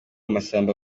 masamba